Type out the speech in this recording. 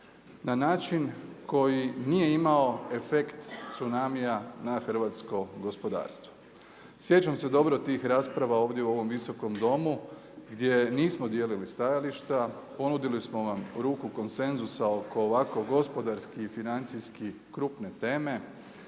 na način koji nije imao efekt cunamia na hrvatsko gospodarstvo. Sjećam se dobro tih rasprava ovdje u ovom Visokom domu gdje nismo dijelili stajališta, ponudili smo vam ruku konsenzusa oko ovako gospodarski i financijski krupne teme,